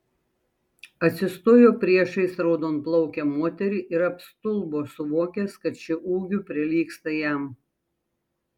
atsistojo priešais raudonplaukę moterį ir apstulbo suvokęs kad ši ūgiu prilygsta jam